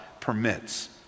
Permits